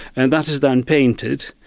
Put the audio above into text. and that is then painted.